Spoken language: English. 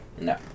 no